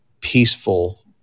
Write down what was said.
peaceful